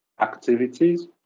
activities